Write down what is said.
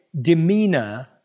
demeanor